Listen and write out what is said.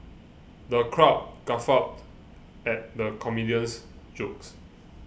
the crowd guffawed at the comedian's jokes